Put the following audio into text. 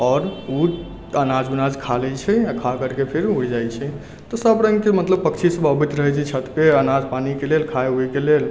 आओर तऽ उ अनाज उनाज खा लै छै खा करके फिर उड़ जाइ छै तऽ सब रङ्गके मतलब पक्षी सब अबैत रहै छै छतपर अनाज पानिके लेल खाइ उयके लेल